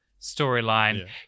storyline